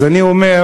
אז אני אומר,